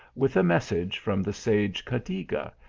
with a message from the sage cadiga,